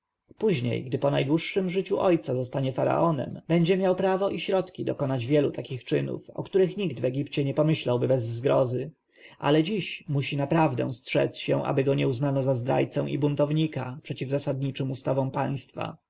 później gdy po najdłuższem życiu ojca zostanie faraonem będzie miał prawo i środki dokonać wielu takich czynów o których nikt w egipcie nie pomyślałby bez zgrozy ale dziś musi naprawdę strzec się aby go nie uznano za zdrajcę i buntownika przeciw zasadniczym ustawom państwa